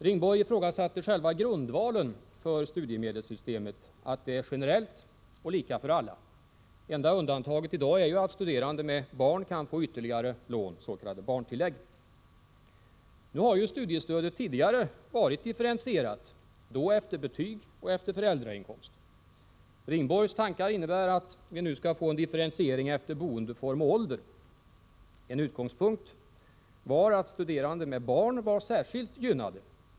Ringborg ifrågasatte själva grundvalen för studiemedelssystemet, att det är generellt och lika för alla. Enda undantaget i dag är ju att studerande med barn kan få ytterligare lån, s.k. barntillägg. Studiestödet har ju tidigare varit differentierat, efter betyg och föräldrainkomst. Ringborgs tankar innebär att vi nu skall få en differentiering efter boendeform och ålder. En utgångspunkt var att studerande med barn var särskilt gynnade.